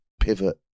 pivot